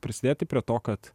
prisidėti prie to kad